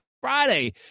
Friday